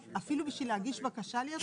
אפילו כדי להגיש בקשה להיות חבר?